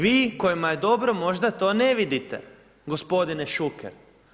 Vi kojima je dobro možda to ne vidite, gospodine Šuker.